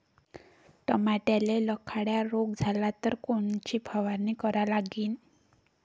टमाट्याले लखड्या रोग झाला तर कोनची फवारणी करा लागीन?